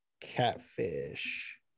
catfish